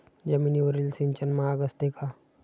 जमिनीवरील सिंचन महाग असते का?